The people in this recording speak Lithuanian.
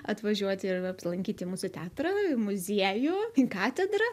atvažiuoti ir apsilankyti mūsų teatrą muziejų katedrą